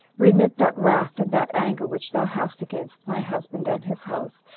remit that wrath and that anger which thou hast against my husband and his house,